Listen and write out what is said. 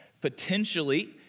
Potentially